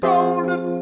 Golden